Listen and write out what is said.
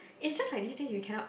it's just like these days you cannot